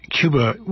Cuba